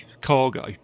cargo